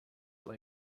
lay